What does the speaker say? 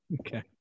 Okay